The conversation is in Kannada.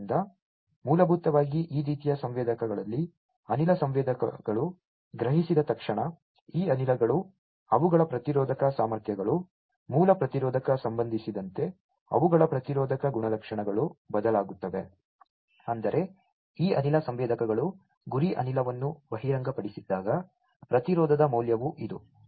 ಆದ್ದರಿಂದ ಮೂಲಭೂತವಾಗಿ ಈ ರೀತಿಯ ಸಂವೇದಕಗಳಲ್ಲಿ ಅನಿಲ ಸಂವೇದಕಗಳು ಗ್ರಹಿಸಿದ ತಕ್ಷಣ ಈ ಅನಿಲಗಳು ಅವುಗಳ ಪ್ರತಿರೋಧಕ ಸಾಮರ್ಥ್ಯಗಳು ಮೂಲ ಪ್ರತಿರೋಧಕ್ಕೆ ಸಂಬಂಧಿಸಿದಂತೆ ಅವುಗಳ ಪ್ರತಿರೋಧಕ ಗುಣಲಕ್ಷಣಗಳು ಬದಲಾಗುತ್ತವೆ ಅಂದರೆ ಈ ಅನಿಲ ಸಂವೇದಕಗಳು ಗುರಿ ಅನಿಲವನ್ನು ಬಹಿರಂಗಪಡಿಸದಿದ್ದಾಗ ಪ್ರತಿರೋಧದ ಮೌಲ್ಯವು ಇದು